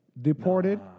Deported